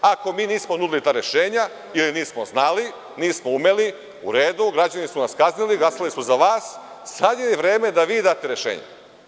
Ako mi nismo nudili ta rešenja ili nismo znali, nismo umeli, u redu, građani su nas kaznili, glasali su za vas, sada je vreme da vi date rešenje.